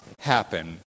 happen